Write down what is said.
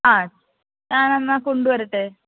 ആ ഞാനെന്നാൽ കൊണ്ടുവരട്ടെ